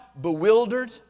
bewildered